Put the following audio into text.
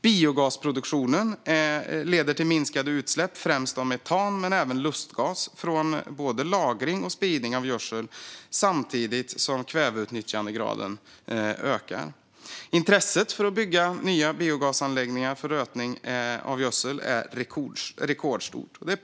Biogasproduktion leder till minskade utsläpp, främst av metan men även av lustgas från både lagring och spridning av gödsel, samtidigt som kväveutnyttjandegraden ökar. Intresset för att bygga nya biogasanläggningar för rötning av gödsel är rekordstort.